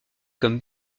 comme